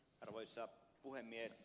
arvoisa puhemies